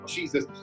Jesus